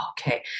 okay